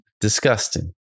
disgusting